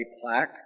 plaque